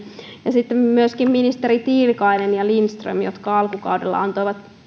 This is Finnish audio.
ja sitten myöskin ministereille tiilikainen ja lindström jotka alkukaudella antoivat